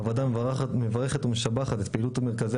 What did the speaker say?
הוועדה מברכת ומשבחת את פעילות מרכזי